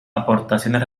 aportaciones